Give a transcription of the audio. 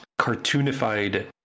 cartoonified